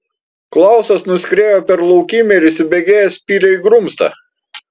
klausas nuskriejo per laukymę ir įsibėgėjęs spyrė į grumstą